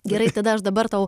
gerai tada aš dabar tau